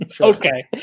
okay